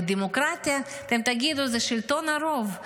ודמוקרטיה, אתם תגידו שזה שלטון הרוב,